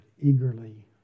eagerly